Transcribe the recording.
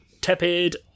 Tepid